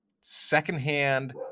secondhand